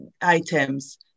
items